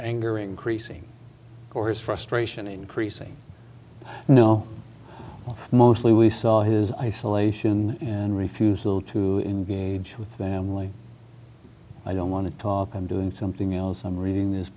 angering creasing or his frustration increasing no mostly we saw his isolation and refusal to engage with family i don't want to talk i'm doing something else i'm reading this